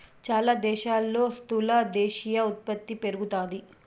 చాలా దేశాల్లో స్థూల దేశీయ ఉత్పత్తి పెరుగుతాది